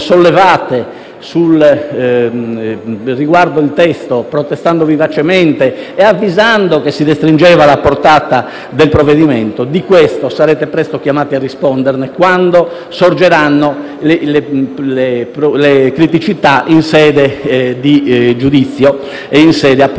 sollevate riguardo al testo, protestando vivacemente e avvisando che si restringe la sua portata, di questo sarete presto chiamati a rispondere, quando sorgeranno le criticità in sede di giudizio e in sede appunto